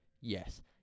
Yes